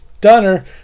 Dunner